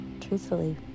truthfully